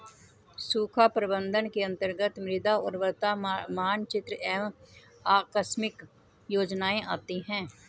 सूखा प्रबंधन के अंतर्गत मृदा उर्वरता मानचित्र एवं आकस्मिक योजनाएं आती है